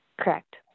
Correct